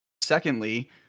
Secondly